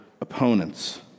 opponents